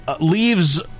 leaves